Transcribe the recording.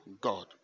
God